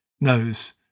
knows